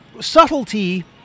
subtlety